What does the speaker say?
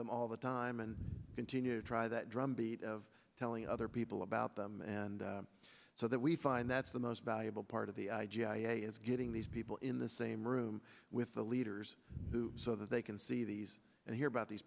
them all the time and continue to try that drumbeat of telling other people about them and so that we find that's the most valuable part of the i g i as getting these people in the same room with the leaders so that they can see these and hear about these